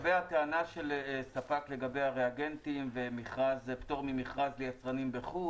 לגבי הטענה של ספק לגבי הריאגנטים ופטור ממכרז ליצרנים מחו"ל,